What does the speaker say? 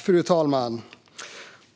Fru talman!